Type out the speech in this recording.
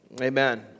Amen